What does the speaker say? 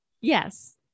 Yes